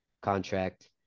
contract